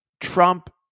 Trump